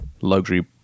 luxury